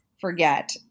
forget